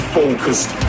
focused